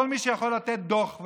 כל מי שיכול לתת דוח,